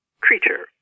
creature